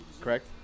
correct